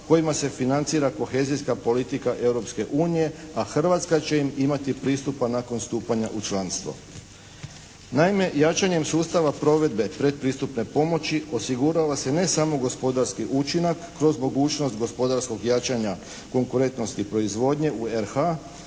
kojima se financira kohezijska politika Europske unije, a Hrvatska će im imati pristupa nakon stupanja u članstvo. Naime, jačanjem sustava provedbe predpristupne pomoći osigurava se ne samo gospodarski učinak kroz mogućnost gospodarskog jačanja konkurentnosti proizvodnje u RH